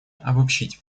обобщить